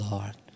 Lord